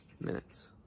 minutes